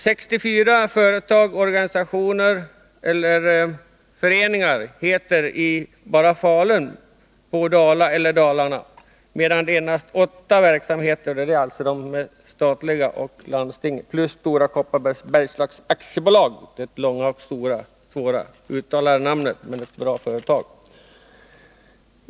64 företag, organisationer eller föreningar bara i Falun har ett namn med ”Dala” eller ”Dalarna” i, medan endast 8 verksamheter har ett namn med ”Kopparberg” — det är landstinget och statliga organ samt Stora Kopparbergs Bergslags AB, som har ett långt namn som är svårt att uttala men är ett bra företag.